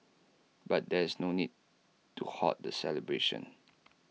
but there is no need to halt the celebrations